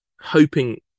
hoping